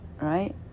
right